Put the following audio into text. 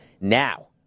Now